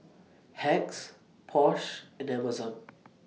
Hacks Porsche and Amazon